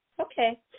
Okay